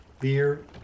beer